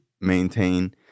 maintain